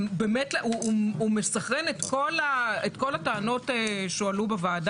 היא מפריעה, הוא לא מצליח לסיים משפט.